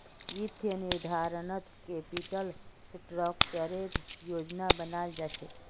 वित्तीय निर्धारणत कैपिटल स्ट्रक्चरेर योजना बनाल जा छेक